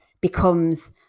becomes